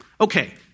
Okay